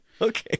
Okay